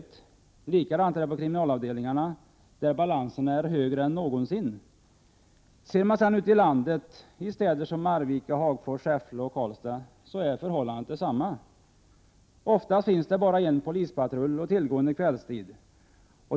Det är likadant på kriminalavdelningarna, där obalanserna är större än någonsin. Ute i landet, i städer som Arvika, Hagfors, Säffle och Karlstad är förhållandet detsamma. Oftast finns det bara en polispatrull att tillgå under kvällstid.